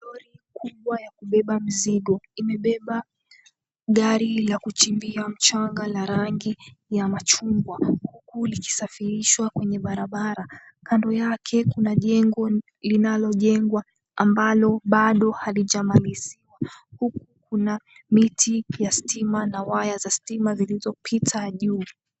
Lori kubwa ya kubeba mizigo. Imebeba gari la kuchimbia mchanga la rangi ya machungwa huku likisafirishwa kwenye barabara. Kando yake kuna njengo linalojengwa ambalo bado halijamalizika, huku kuna miti ya stima na waya za stima zilizopita juu.